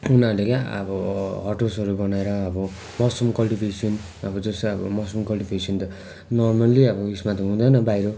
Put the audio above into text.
उनीहरूले क्या अब हट हाउसहरू बनाएर अब मसरुम कल्टिभेसन अब जस्तै अब मसरुम कल्टिभेसन त नर्मली अब उयसमा त हुँदैन बाहिर